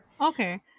Okay